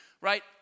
right